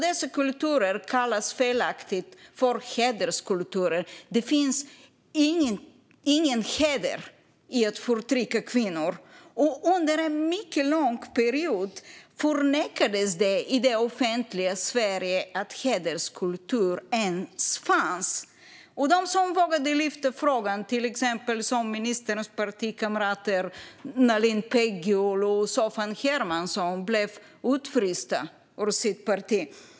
Dessa kulturer kallas felaktigt för hederskulturer. Det finns ingen heder i att förtrycka kvinnor. Under en mycket lång period förnekades det i det offentliga Sverige att hederskultur ens fanns, och de som vågade lyfta frågan, till exempel ministerns partikamrater Nalin Pekgul och Soffan Hermansson, blev utfrysta ur sitt parti.